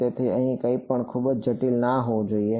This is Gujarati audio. તેથી અહીં કંઈપણ ખૂબ જટિલ ન હોવું જોઈએ